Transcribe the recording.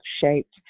shaped